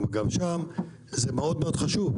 אבל גם שם זה חשוב מאוד.